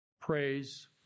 praise